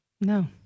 No